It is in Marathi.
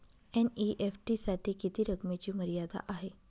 एन.ई.एफ.टी साठी किती रकमेची मर्यादा आहे?